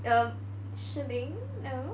um Shihlin no